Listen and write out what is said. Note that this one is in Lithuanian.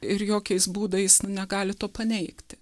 ir jokiais būdais negali to paneigti